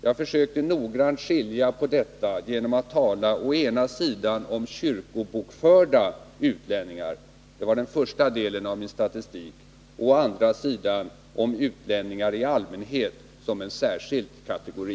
Jag försökte noggrant skilja på detta genom att tala å ena sidan om kyrkobokförda utlänningar — det var den första delen av min statistik — och å andra sidan om utlänningar i allmänhet som en särskild kategori.